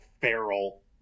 feral